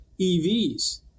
evs